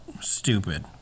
Stupid